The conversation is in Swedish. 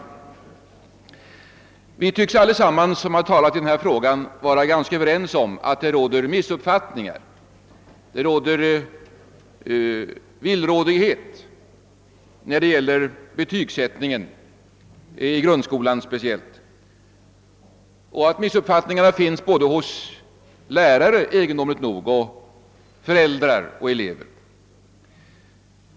Vi tycks alla som har taiat i denna fråga vara ganska överens om att det råder missuppfattningar och villrådighet när det gäller betygsättningen, speciellt i grundskolan, och att missuppfattningarna finns hos både lärare — egendomligt nog — föräldrar och elever.